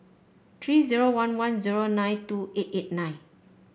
three zero one one zero nine two eight eight nine